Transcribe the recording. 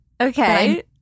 Okay